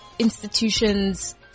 Institutions